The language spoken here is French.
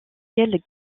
ciel